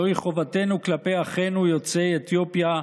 זוהי חובתנו כלפי אחינו יוצאי אתיופיה,